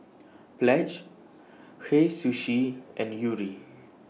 Pledge Hei Sushi and Yuri